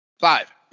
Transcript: Five